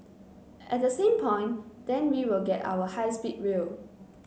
at the same point then we will get our high speed rail